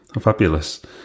fabulous